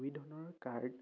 বিভিন্ন ধৰণৰ কাৰ্ড